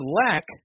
lack